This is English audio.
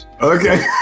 Okay